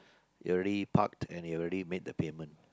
you already park and you already made the payment